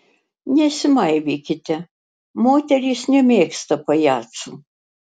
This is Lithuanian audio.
nesimaivykite moterys nemėgsta pajacų